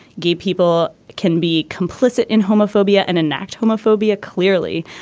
gay people can be complicit in homophobia and in fact homophobia clearly.